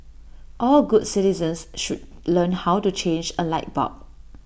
all good citizens should learn how to change A light bulb